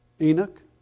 Enoch